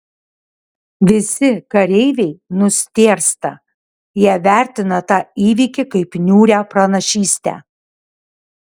visi kareiviai nustėrsta jie vertina tą įvykį kaip niūrią pranašystę